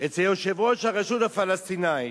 אצל יושב-ראש הרשות הפלסטינית